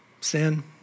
Sin